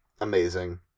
Amazing